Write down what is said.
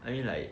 I mean like